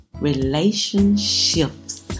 Relationships